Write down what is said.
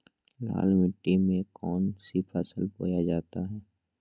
लाल मिट्टी में कौन सी फसल बोया जाता हैं?